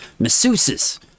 masseuses